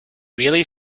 really